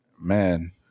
Man